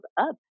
up